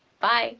bye!